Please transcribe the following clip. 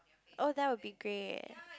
oh that will be great eh